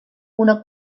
una